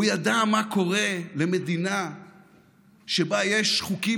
הוא ידע מה קורה למדינה שבה יש חוקים